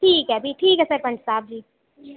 ठीक ऐ भी ठीक ऐ सरपंच साह्ब जी